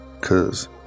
Cause